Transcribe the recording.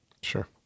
Sure